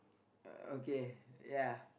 uh okay ya